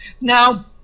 Now